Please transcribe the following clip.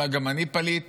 אולי גם אני פליט